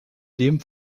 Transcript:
dem